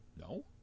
No